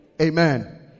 Amen